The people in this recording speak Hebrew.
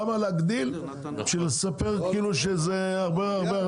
למה להגדיל כדי לספר שזה כאילו הרבה?